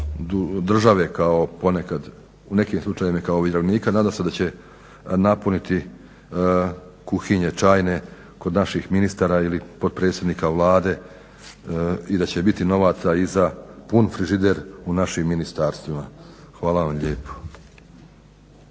države kao ponekad u nekim slučajevima kao vjerovnika nadam se da će napuniti kuhinje čajne kod naših ministara ili potpredsjednika Vlade i da će biti novaca i za pun frižider u našim ministarstvima. Hvala vam lijepo.